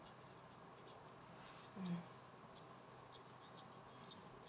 mm